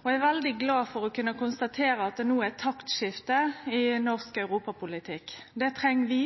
Eg er veldig glad for å kunne konstatere at det no er taktskifte i norsk europapolitikk. Det treng vi,